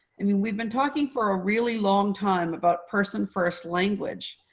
i mean, we've been talking for a really long time about person-first language.